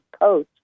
coach